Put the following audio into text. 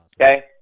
Okay